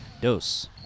Dos